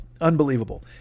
Unbelievable